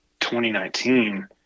2019